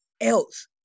else